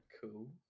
cool